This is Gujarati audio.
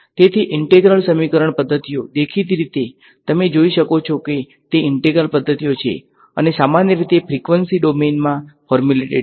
તેથી ઈંટ્રેગ્રલ સમીકરણ પદ્ધતિઓ દેખીતી રીતે તમે જોઈ શકો છો કે તે ઈંટ્રેગ્રલ પદ્ધતિઓ છે અને સામાન્ય રીતે ફ્રીક્વન્સી ડોમેનમાં ફોર્મુલેટેડ છે